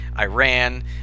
Iran